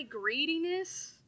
greediness